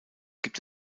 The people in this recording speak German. gibt